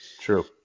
True